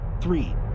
Three